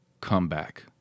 comeback